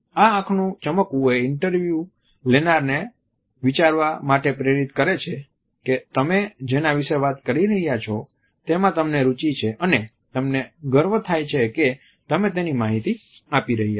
આ આંખનું ચમકવું એ ઇન્ટરવ્યૂ લેનારને વિચારવા માટે પ્રેરિત કરે છે કે તમે જેના વિશે વાત કરી રહ્યાં છો તેમાં તમને રુચિ છે અને તમને ગર્વ થાય છે કે તમે તેની માહિતી આપી રહ્યા છીએ